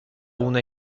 una